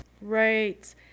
Right